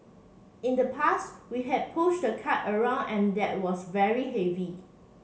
in the past we had push the cart around and that was very heavy